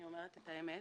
אני אומרת את האמת,